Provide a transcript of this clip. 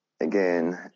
again